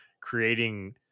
creating